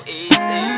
easy